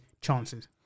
chances